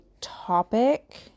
topic